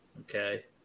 Okay